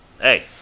Hey